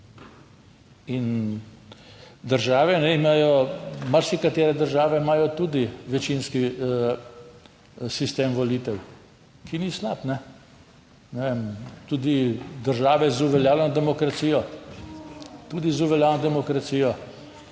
In države imajo, marsikatere države, imajo tudi večinski sistem volitev, ki ni slab, ne vem, tudi države z uveljavljeno demokracijo, tudi z uveljavljeno demokracijo.